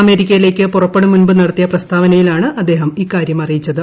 അമേരിക്കയിലേയ്ക്ക് പുറപ്പെടും മുമ്പ് നടത്തിയ പ്രസ്താവനയിലാണ് അദ്ദേഹം ഇക്കാരൃം അറിയിച്ചത്